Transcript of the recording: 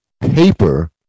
paper